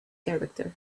character